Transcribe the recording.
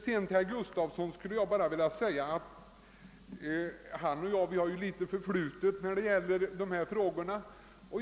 Herr Gustafsson i Kårby och jag har ju ett förflutet när det gäller dessa frågor.